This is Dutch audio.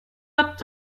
dat